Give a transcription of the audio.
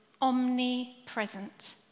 omnipresent